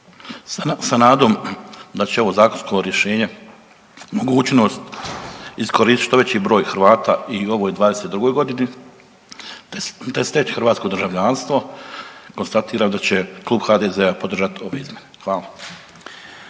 sa nadom da će ovo zakonsko rješenje mogućnost iskoristit što veći broj Hrvata i u ovoj '22.g., te steć hrvatsko državljanstvo, konstatira da će Klub HDZ-a podržati ove izmjene. Hvala.